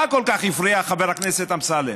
מה כל כך הפריע, חבר הכנסת אמסלם?